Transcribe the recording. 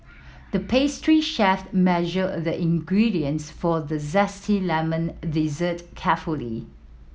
the pastry chef measured the ingredients for the zesty lemon dessert carefully